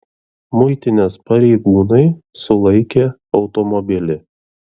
muitinės pareigūnai sulaikė automobilį